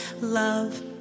love